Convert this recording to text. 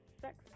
sex